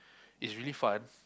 is really fun